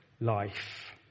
life